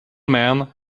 man